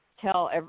tell